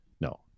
No